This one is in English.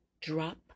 Drop